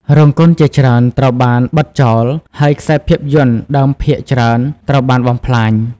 រោងកុនជាច្រើនត្រូវបានបិទចោល ហើយខ្សែភាពយន្តដើមភាគច្រើនត្រូវបានបំផ្លាញ។